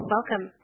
Welcome